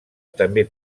també